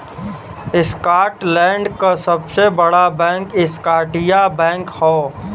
Scotland क सबसे बड़ा बैंक स्कॉटिया बैंक हौ